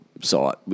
site